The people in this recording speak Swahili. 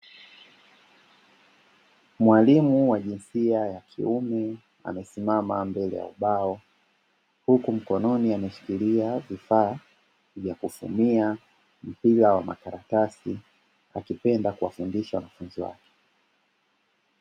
Mwalimu wa jinsia ya kiume, amesimama mbele ya mbao, huku mkononi ameshikilia kifaa cha kusinia mpira kuwa makaratasi akipenda kuwafundisha wanafunzi wake.